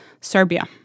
Serbia